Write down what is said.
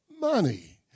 money